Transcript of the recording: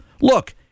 look